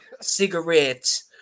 Cigarettes